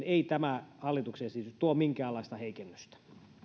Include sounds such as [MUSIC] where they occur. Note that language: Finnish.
[UNINTELLIGIBLE] ei tämä hallituksen esitys tuo minkäänlaista heikennystä